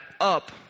up